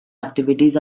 activities